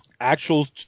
actual